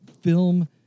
film